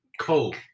Cold